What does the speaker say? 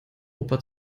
opa